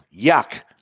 Yuck